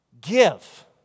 give